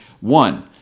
One